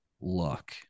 luck